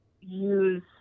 use